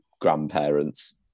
grandparents